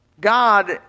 God